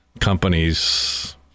companies